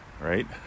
right